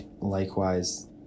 likewise